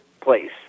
place